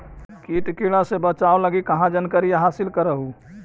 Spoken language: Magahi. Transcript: किट किड़ा से बचाब लगी कहा जानकारीया हासिल कर हू?